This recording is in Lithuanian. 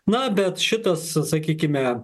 na bet šitas sakykime